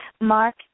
Mark